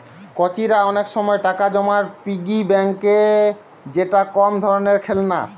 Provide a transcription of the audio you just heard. কচিরা অনেক সময় টাকা জমায় পিগি ব্যাংকে যেটা এক ধরণের খেলনা